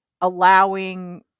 allowing